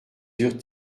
eurent